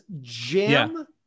jam